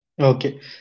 Okay